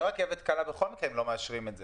אבל מה שאומר לנו עופר,